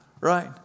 Right